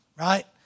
Right